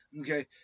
Okay